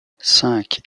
cinq